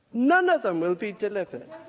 none of them will be delivered.